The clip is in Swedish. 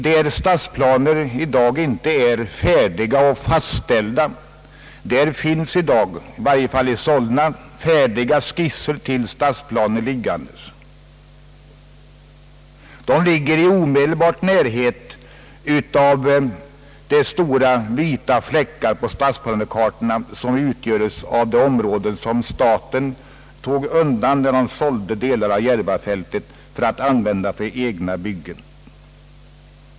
Där stadsplaner i dag inte är färdiga och fastställda finns, i varje fall i Solna, färdiga skisser till stadsplaner. De ligger i omedelbar närhet av de stora, vita fläckar på stadsplanekartorna som utgöres av de områden staten när den sålde delar av Järvafältet tog undan för att använda till egna byggen.